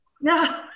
No